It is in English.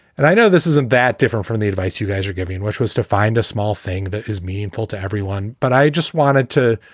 and i know this isn't that different from the advice you guys are giving, which was to find a small thing that is meaningful to everyone. but i just wanted to